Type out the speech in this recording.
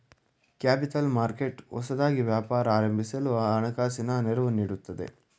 capital market ಹೊಸದಾಗಿ ವ್ಯಾಪಾರ ಪ್ರಾರಂಭಿಸಲು ಹಣಕಾಸಿನ ನೆರವು ನೀಡುತ್ತದೆ